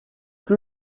que